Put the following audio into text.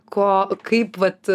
ko kaip vat